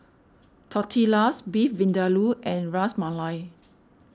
Tortillas Beef Vindaloo and Ras Malai